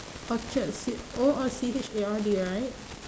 orchard is it O R C H A R D right